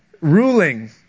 Ruling